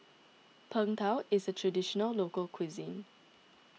Png Tao is a Traditional Local Cuisine